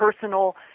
personal